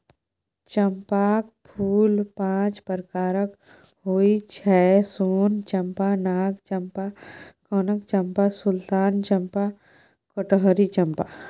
चंपाक फूल पांच प्रकारक होइ छै सोन चंपा, नाग चंपा, कनक चंपा, सुल्तान चंपा, कटहरी चंपा